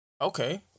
okay